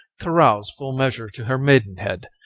carouse full measure to her maidenhead,